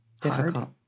difficult